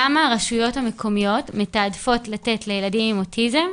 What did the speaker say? מדוע הרשויות המקומיות מתעדפות לתת לילדים עם אוטיזם,